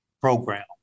program